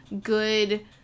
good